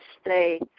stay